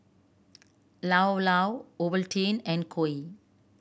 Llao Llao Ovaltine and Koi